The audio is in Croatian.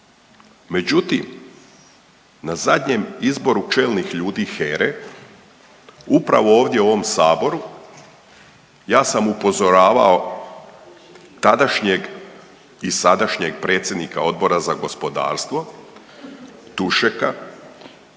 Međutim, na zadnjem izboru čelnih ljudi HERE upravo ovdje u ovom saboru ja sam upozoravao tadašnjeg i sadašnjeg predsjednika Odbora za gospodarstvo Tušeka